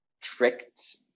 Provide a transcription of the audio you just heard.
tricked